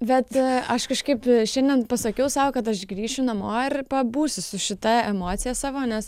bet aš kažkaip šiandien pasakiau sau kad aš grįšiu namo ir pabūsiu su šita emocija savo nes